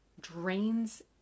drains